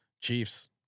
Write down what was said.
Chiefs